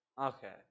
Okay